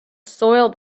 soiled